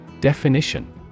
Definition